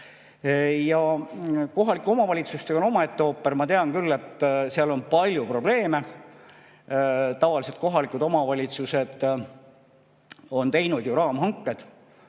kohalike omavalitsustega on omaette ooper. Ma tean küll, et seal on palju probleeme. Tavaliselt kohalikud omavalitsused on teinud ju raamhanked.